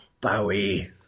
Bowie